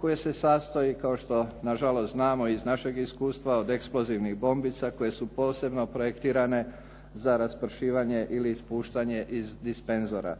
koja se sastoji, kao što nažalost znamo i iz našeg iskustva, od eksplozivnih bombica koje su posebno projektirane za raspršivanje ili ispuštanje iz dispenzora.